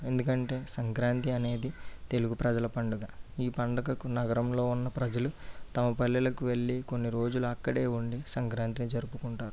ఎందుకంటే సంక్రాంతి అనేది తెలుగు ప్రజల పండుగ ఈ పండుగకు నగరంలో ఉన్న ప్రజలు తమ పల్లెలకు వెళ్ళి కొన్ని రోజులు అక్కడే ఉండి సంక్రాంతిని జరుపుకుంటారు